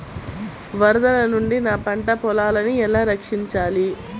వరదల నుండి నా పంట పొలాలని ఎలా రక్షించాలి?